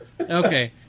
Okay